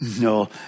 no